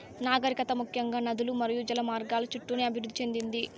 నాగరికత ముఖ్యంగా నదులు మరియు జల మార్గాల చుట్టూనే అభివృద్ది చెందింది